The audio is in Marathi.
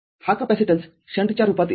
हा कॅपेसिटन्सशंटच्या रूपात येईल